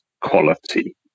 quality